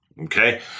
Okay